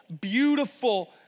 beautiful